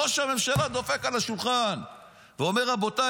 ראש הממשלה דופק על השולחן ואומר: רבותיי,